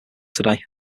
today